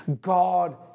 God